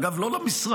אגב, לא למשרד.